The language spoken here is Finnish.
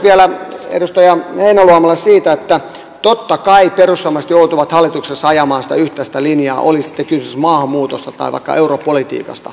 vielä edustaja heinäluomalle siitä että totta kai perussuomalaiset joutuvat hallituksessa ajamaan sitä yhteistä linjaa oli sitten kysymys maahanmuutosta tai vaikka europolitiikasta